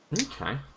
okay